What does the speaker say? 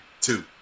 two